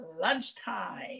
lunchtime